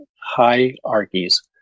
hierarchies